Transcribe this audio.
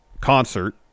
concert